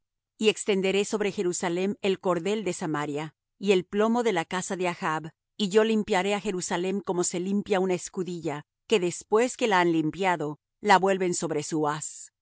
y extenderé sobre jerusalem el cordel de samaria y el plomo de la casa de achb y yo limpiaré á jerusalem como se limpia una escudilla que después que la han limpiado la vuelven sobre su haz